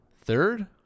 Third